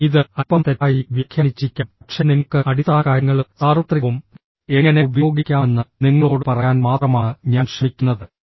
ഞാൻ ഇത് അൽപ്പം തെറ്റായി വ്യാഖ്യാനിച്ചിരിക്കാം പക്ഷേ നിങ്ങൾക്ക് അടിസ്ഥാനകാര്യങ്ങളും സാർവത്രികവും എങ്ങനെ ഉപയോഗിക്കാമെന്ന് നിങ്ങളോട് പറയാൻ മാത്രമാണ് ഞാൻ ശ്രമിക്കുന്നത്